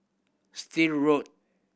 Still Road